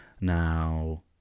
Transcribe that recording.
now